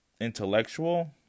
intellectual